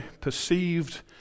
perceived